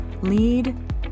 lead